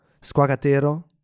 Squagatero